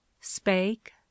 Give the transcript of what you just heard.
spake